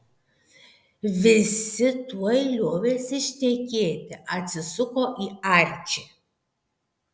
visi tuoj liovėsi šnekėti atsisuko į arčį